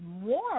more